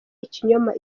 ikinyoma